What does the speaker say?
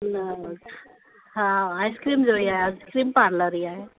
न हा आइसक्रीम जो ई आहे आइसक्रीम पार्लर ई आहे